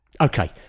Okay